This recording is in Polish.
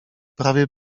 prawie